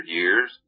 years